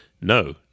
No